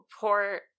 poor